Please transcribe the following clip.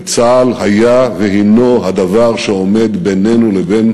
וצה"ל היה והנו הדבר שעומד בינינו לבין